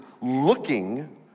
looking